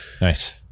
nice